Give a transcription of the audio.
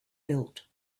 built